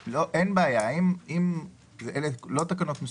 אלו לא תקנות מסובכות,